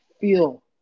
feel